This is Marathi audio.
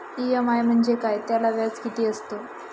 इ.एम.आय म्हणजे काय? त्याला व्याज किती असतो?